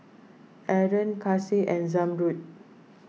Aaron Kasih and Zamrud